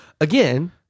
Again